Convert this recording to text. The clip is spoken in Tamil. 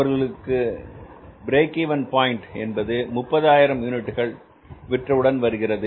அவர்களுடைய பிரேக் இவென் பாயின்ட் என்பது 30000 யூனிட்கள் விற்ற உடன் வருகிறது